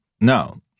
No